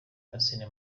arsene